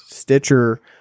Stitcher